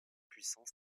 puissance